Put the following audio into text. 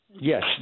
Yes